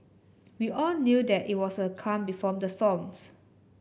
we all knew that it was a calm before the storms